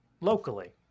locally